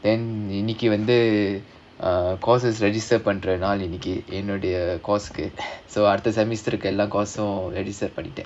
then இன்னைக்கு வந்து:innaikku vandhu courses register பண்ற நாள் இன்னைக்கு என்னுடைய:pandra naal innaikku ennudaiya course கு:ku so அடுத்த:adutha semester கு:ku so எல்லா:ellaa course um register பண்ணிட்டேன்:pannittaen